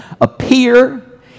appear